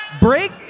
break